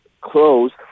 closed